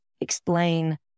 explain